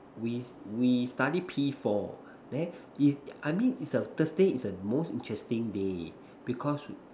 we s~ we study P four then the I mean is a Thursday is a most interesting day because